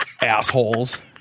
Assholes